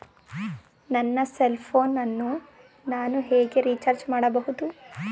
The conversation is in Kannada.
ನನ್ನ ಸೆಲ್ ಫೋನ್ ಅನ್ನು ನಾನು ಹೇಗೆ ರಿಚಾರ್ಜ್ ಮಾಡಬಹುದು?